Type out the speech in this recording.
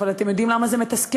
אבל אתם יודעים למה זה מתסכל?